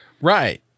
right